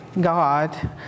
God